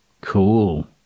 cool